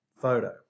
photo